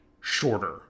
shorter